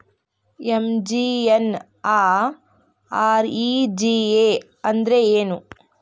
MGNREGA ಅಂದ್ರೆ ಏನು?